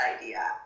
idea